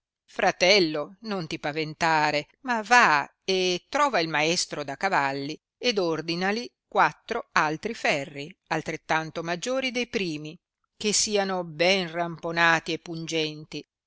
fratello non ti paventare ma va e trova il maestro da cavalli ed ordinali quattro altri ferri altrettanto maggiori de primi che siano ben ramponati e pungenti